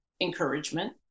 encouragement